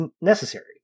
necessary